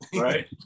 right